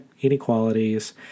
inequalities